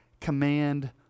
command